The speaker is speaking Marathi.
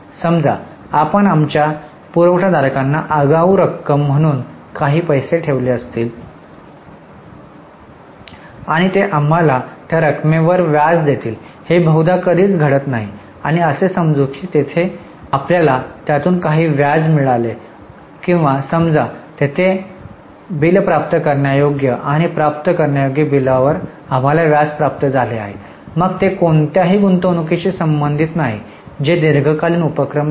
समजा आपण आमच्या पुरवठादारांना आगाऊ रक्कम म्हणून काही पैसे ठेवले असतील आणि ते आम्हाला त्या रकमेवर व्याज देतील हे बहुधा कधीच घडत नाही आणि असे समजू की तेथे आपल्याला त्यातून काही व्याज मिळाले आहे किंवा समजा तेथे आहे बिल प्राप्त करण्यायोग्य आहे आणि प्राप्त करण्यायोग्य बिलवर आम्हाला व्याज प्राप्त झाले आहे मग ते कोणत्याही गुंतवणूकीशी संबंधित नाही जे दीर्घकालीन उपक्रम नाही